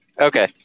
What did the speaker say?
Okay